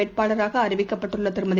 வேட்பாளராகஅறிவிக்கப்பட்டுள்ளதிருமதி